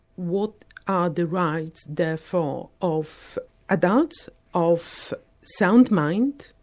what are the rights therefore of adults of sound mind,